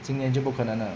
今年就不可能了